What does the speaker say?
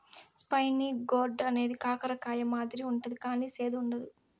spiny gourd అనేది కాకర కాయ మాదిరి ఉంటది కానీ సేదు ఉండదు